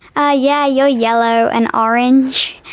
ah yeah, you're yellow and orange.